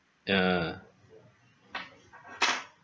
ya